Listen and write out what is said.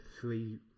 three